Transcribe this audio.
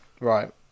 Right